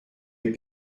les